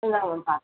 இந்தாங்கள் ma'am ப